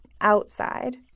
outside